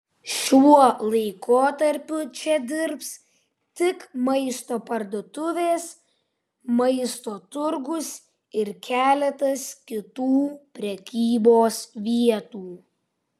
šiuo laikotarpiu čia dirbs tik maisto parduotuvės maisto turgus ir keletas kitų prekybos vietų